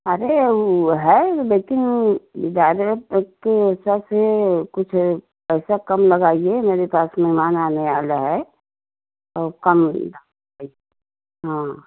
अरे वह है लेकिन ज़्यादा तक से से कुछ पैसा कम लगाइए मेरे पास मेहमान आने वाले हैं और कम हाँ